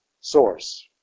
source